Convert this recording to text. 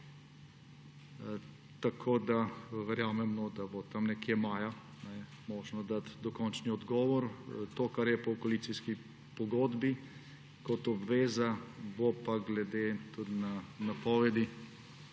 Verjamemo, da bo tam nekje maja možno dati dokončni odgovor. To, kar je pa v koalicijski pogodbi kot obveza, bo pa tudi glede na napovedi